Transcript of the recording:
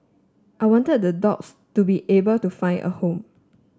I wanted the dogs to be able to find a home